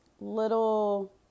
little